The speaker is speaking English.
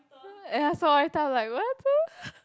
ah ya so every time I'm like